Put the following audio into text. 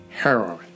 Heroin